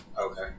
okay